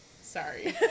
Sorry